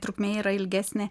trukmė yra ilgesnė